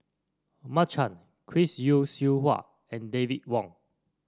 Mark Chan Chris Yeo Siew Hua and David Wong